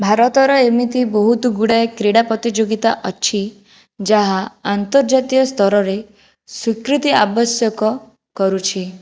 ଭାରତର ଏମିତି ବହୁତ ଗୁଡ଼ାଏ କ୍ରୀଡ଼ା ପ୍ରତିଯୋଗିତା ଅଛି ଯାହା ଆନ୍ତର୍ଜାତୀୟ ସ୍ତରରେ ସ୍ୱୀକୃତି ଆବଶ୍ୟକ କରୁଛି